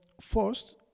first